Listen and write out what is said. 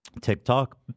TikTok